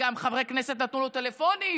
וגם חברי כנסת נתנו לו טלפונים,